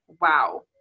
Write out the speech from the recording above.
wow